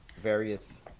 various